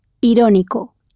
irónico